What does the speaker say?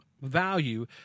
value